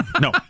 No